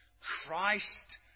Christ